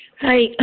hi